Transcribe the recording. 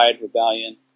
rebellion